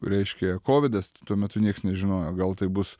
reiškia kovidas tuo metu nieks nežinojo gal tai bus